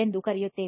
ಎಂದು ಕರೆಯುತ್ತದೆ